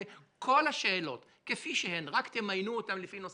היא: כל השאלות כפי שהן רק תמיינו אותן לפי נושאים,